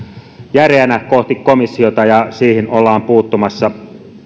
järeänä kohti komissiota ja siihen ollaan puuttumassa